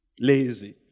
Lazy